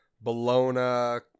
Bologna